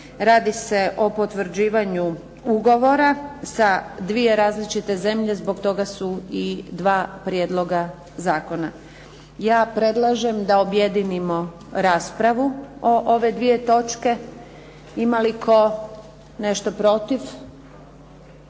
Radi se o potvrđivanju ugovora sa dvije različite zemlje. Zbog toga su i dva prijedloga zakona. Ja predlažem da objedinimo raspravu o ove dvije točke. Ima li tko nešto protiv?